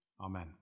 Amen